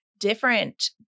Different